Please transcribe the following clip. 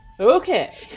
Okay